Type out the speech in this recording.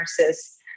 nurses